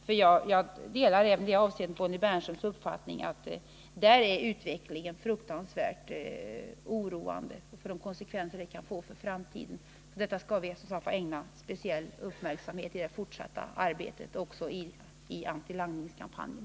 Jag delar även i det avseendet Bonnie Bernströms uppfattning att utvecklingen är fruktansvärt oroande, med de konsekvenser det kan ha för framtiden. Detta skall vi ägna speciell uppmärksamhet i det fortsatta arbetet och även i antilangningskampanjen.